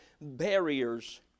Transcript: barriers